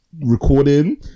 recording